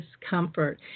discomfort